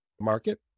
market